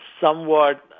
somewhat